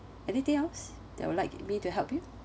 anything else that would like me to help you